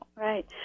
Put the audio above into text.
Right